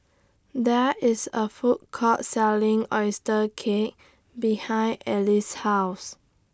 There IS A Food Court Selling Oyster Cake behind Alice's House